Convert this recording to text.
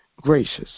gracious